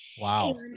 Wow